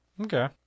Okay